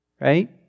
Right